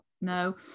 no